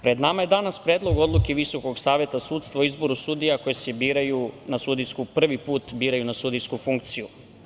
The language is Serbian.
Pred nama je danas Predlog odluke Visokog saveta sudstva o izboru sudija koje se prvi put biraju na sudijsku funkciju.